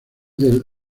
del